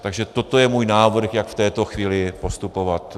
Takže toto je můj návrh, jak v této chvíli postupovat.